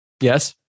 Yes